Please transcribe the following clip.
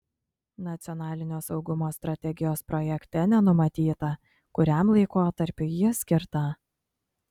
nacionalinio saugumo strategijos projekte nenumatyta kuriam laikotarpiui ji skirta